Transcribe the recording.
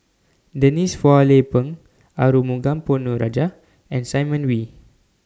Denise Phua Lay Peng Arumugam Ponnu Rajah and Simon Wee